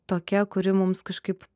tokia kuri mums kažkaip